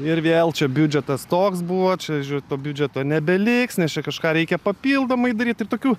ir vėl čia biudžetas toks buvo čia to biudžeto nebeliks nes čia kažką reikia papildomai daryt ir tokių